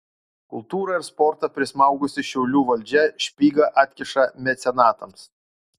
kultūrą ir sportą prismaugusi šiaulių valdžia špygą atkiša mecenatams